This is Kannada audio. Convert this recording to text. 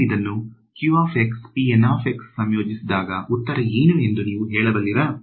ನಾನು ಇದನ್ನು ಸಂಯೋಜಿಸಿದಾಗ ಉತ್ತರ ಏನು ಎಂದು ನೀವು ಹೇಳಬಲ್ಲಿರಾ